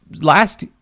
last